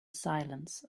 silence